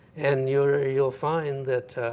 and you'll you'll find that